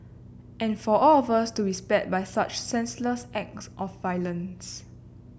and for all of us to be spared by such senseless act of violence